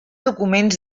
documents